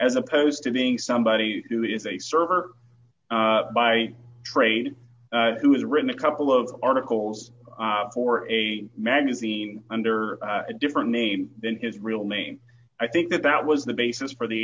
as opposed to being somebody who is a server by trade who has written a couple of articles for a magazine under a different name than his real name i think about was the basis for the